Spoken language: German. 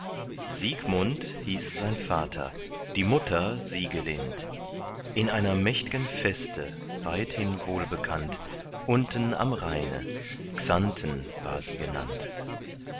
siegmund hieß sein vater die mutter siegelind in einer mächtgen feste weithin wohlbekannt unten am rheine xanten war sie genannt